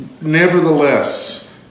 nevertheless